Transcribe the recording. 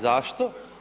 Zašto?